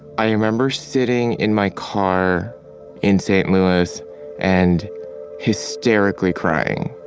i remember sitting in my car in st. louis and hysterically crying.